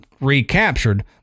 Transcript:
recaptured